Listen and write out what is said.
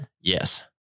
Yes